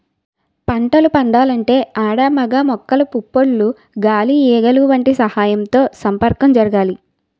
పంటలు పండాలంటే ఆడ మగ మొక్కల పుప్పొడులు గాలి ఈగలు వంటి వాటి సహాయంతో సంపర్కం జరగాలి